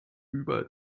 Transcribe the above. über